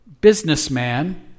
businessman